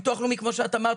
כמו שאמרת,